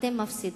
אתם מפסידים,